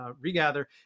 regather